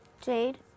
Jade